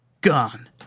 Gone